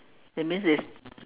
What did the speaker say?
that means it's